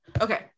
okay